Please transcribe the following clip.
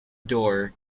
door